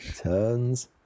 Turns